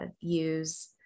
use